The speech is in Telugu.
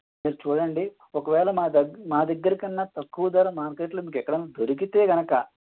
మీరు చూడండి ఒకవేళ మా దగ్గ మా దగ్గర కన్నా తక్కువ ధర మార్కెట్లో మీకెక్కడన్న దొరికితే గనుక